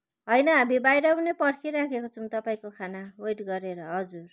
होइन हामी बाहिर पनि पर्खिराखेको छौँ तपाईँको खाना वेट गरेर हजुर